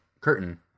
curtain